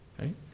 Right